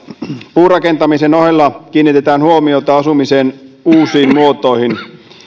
puurakentamisen ohella kiinnitetään huomiota asumisen uusiin muotoihin